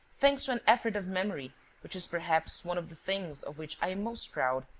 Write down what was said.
thanks to an effort of memory which is perhaps one of the things of which i am most proud,